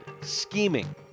scheming